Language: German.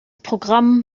programm